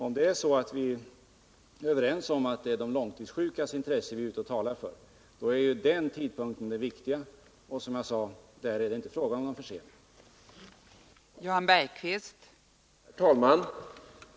Om det är så att vi är överens om att det är de — 12 november 1979 långtidssjukas intressen vi talar för är ju den tidpunkten det viktiga, och därär = det som jag sade inte fråga om någon försening. Om bättre anställningsskydd för